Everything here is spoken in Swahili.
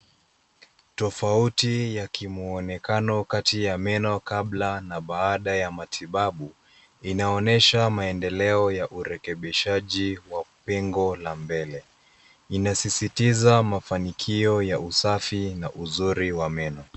Tofauti ya kimwonekano kati ya meno kabla na baada ya matibabu, inaonyesha maendeleo ya urekebishaji wa pengo la mbele. Inasisitiza mafanikio ya usafi, na uzuri wa meno.